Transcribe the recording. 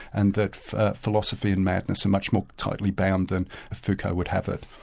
and that philosophy and madness are much more tightly bound than foucault would have it.